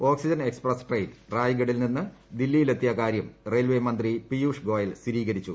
oxygen express train റായ്ഗഡിൽ നിന്ന് ദില്ലിയിലെത്തിയ കാര്യം റെയിൽവേ മന്ത്രി പീയൂഷ് ഗോയൽ സ്ഥിരീകരിച്ചു